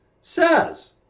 says